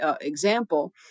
example